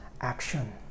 action